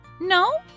No